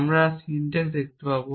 আমরা সিনট্যাক্স দেখতে পাব